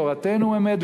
תורתנו אמת,